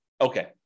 Okay